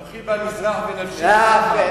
אנוכי במזרח ונפשי בסוף מערב.